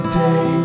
day